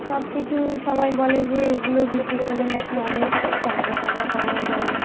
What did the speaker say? সব কিছু সবাই বলে যে এগুলো বিক্রি করলে নাকি অনেক টাকা টাকা পাওয়া যায়